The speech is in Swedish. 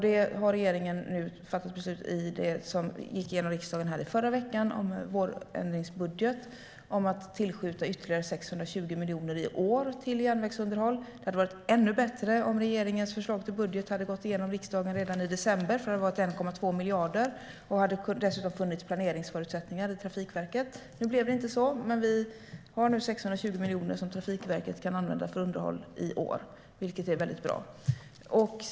I vårändringsbudgeten som gick igenom riksdagen i förra veckan har regeringen nu fattat beslut om att tillskjuta ytterligare 620 miljoner i år till järnvägsunderhåll. Det hade varit ännu bättre om regeringens förslag till budget hade gått igenom riksdagen redan i december. Då hade det varit fråga om 1,2 miljarder, och då hade det dessutom funnits planeringsförutsättningar i Trafikverket. Nu blev det inte så, men det finns 620 miljoner som Trafikverket kan använda för underhåll i år, vilket är bra.